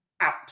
out